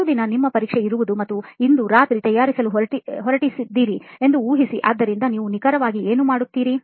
ಮರುದಿನ ನಿಮ್ಮ ಪರೀಕ್ಷೆ ಇರುವುದು ಮತ್ತು ನೀವು ಈ ರಾತ್ರಿ ತಯಾರಿಸಲು ಹೊರಟಿದ್ದೀರಿ ಎಂದು ಊಹಿಸಿ ಆದ್ದರಿಂದ ನೀವು ನಿಖರವಾಗಿ ಏನು ಮಾಡುತ್ತೀರಿ